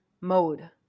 mode